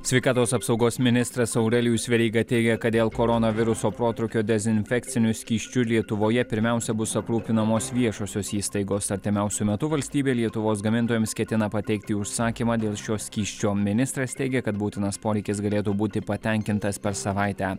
sveikatos apsaugos ministras aurelijus veryga teigė kad dėl koronaviruso protrūkio dezinfekciniu skysčiu lietuvoje pirmiausia bus aprūpinamos viešosios įstaigos artimiausiu metu valstybė lietuvos gamintojams ketina pateikti užsakymą dėl šio skysčio ministras teigė kad būtinas poreikis galėtų būti patenkintas per savaitę